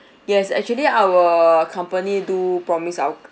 yes actually our company do promise our